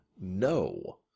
No